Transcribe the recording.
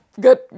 good